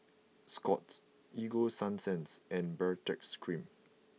Scott's Ego Sunsense and Baritex Cream